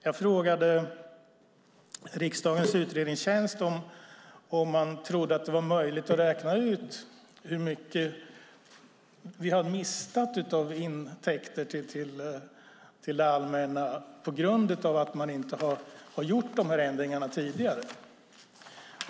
Jag frågade riksdagens utredningstjänst om det vore möjligt att räkna ut hur mycket vi har mist av intäkter till det allmänna på grund av att man inte har gjort de här ändringarna tidigare.